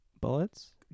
Bullets